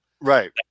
Right